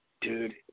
dude